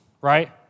right